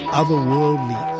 otherworldly